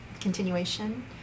continuation